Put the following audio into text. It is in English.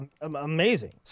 amazing